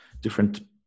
different